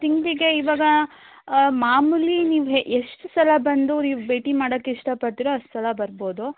ತಿಂಗಳಿಗೆ ಈವಾಗ ಮಾಮೂಲಿ ನೀವು ಎ ಎಷ್ಟು ಸಲ ಬಂದು ನೀವು ಭೇಟಿ ಮಾಡಕ್ಕೆ ಇಷ್ಟ ಪಡ್ತೀರ ಅಷ್ಟು ಸಲ ಬರ್ಬೋದು